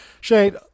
shane